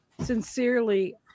sincerely